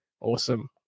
Awesome